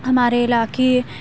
ہمارے علاقے